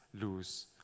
lose